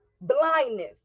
Blindness